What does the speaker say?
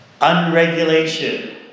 Unregulation